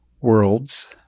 worlds